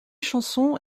chansons